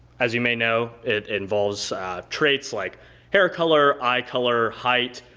as you may know it involves traits like hair color, eye color, height,